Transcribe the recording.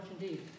indeed